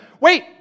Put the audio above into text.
wait